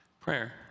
Prayer